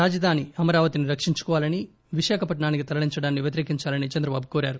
రాజధాని అమరావతిని రక్షించుకోవాలని విశాఖ పట్పానికి తరలించడాన్పి వ్యతిరేకించాలని చంద్రబాబు కోరారు